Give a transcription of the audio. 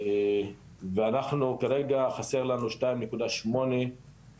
אנחנו כרגע חסר לנו שתיים נקודה שמונה,